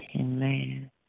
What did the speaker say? Amen